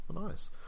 Nice